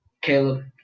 Caleb